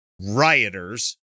rioters